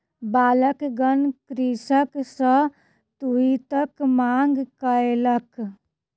बालकगण कृषक सॅ तूईतक मांग कयलक